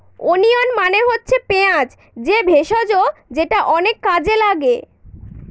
onion মানে হচ্ছে পেঁয়াজ যে ভেষজ যেটা অনেক কাজে লাগে